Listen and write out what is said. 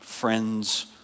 Friends